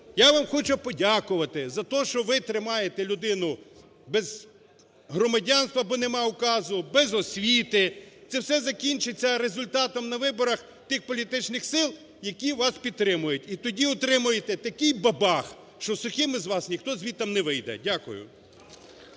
я вам хочу подякувати за те, що ви тримаєте людину без громадянства, бо немає указу, без освіти. Це все закінчиться результатом на виборах тих політичних сил, які вас підтримують. І тоді отримаєте такий бабах, що сухим із вас ніхто звідти не вийде. Дякую.